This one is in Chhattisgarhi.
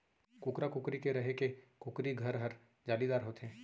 कुकरा, कुकरी के रहें के कुकरी घर हर जालीदार होथे